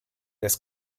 des